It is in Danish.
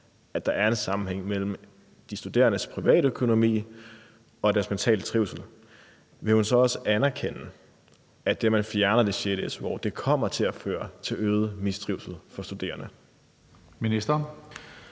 at der er en sammenhæng mellem de studerendes privatøkonomi og deres mentale trivsel, vil hun så også anerkende, at det, at man fjerner det sjette su-år, kommer til at føre til øget mistrivsel for studerende?